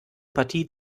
partie